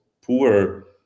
poor